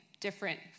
different